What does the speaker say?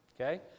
Okay